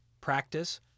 practice